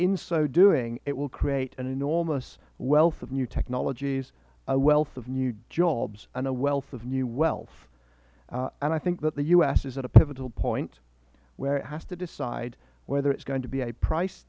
so doing it will create an enormous wealth of new technologies a wealth of new jobs and a wealth of new wealth and i think that the u s is at a pivotal point where it has to decide whether it is going to be a price